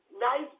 nice